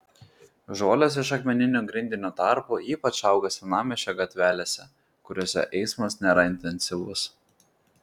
žolės iš akmeninio grindinio tarpų ypač auga senamiesčio gatvelėse kuriose eismas nėra intensyvus